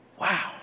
wow